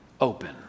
open